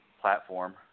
platform